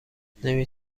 نمی